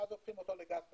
ואז הופכים אותו לגז מחדש.